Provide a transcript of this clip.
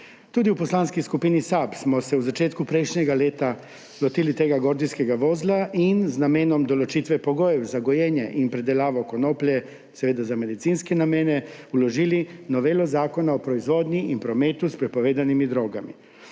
Tudi v Poslanski skupini SAB smo se v začetku prejšnjega leta lotili tega gordijskega vozla in z namenom določitve pogojev za gojenje in predelavo konoplje, seveda za medicinske namene, vložili novelo Zakona o proizvodnji in prometu s prepovedanimi drogami.